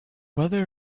whether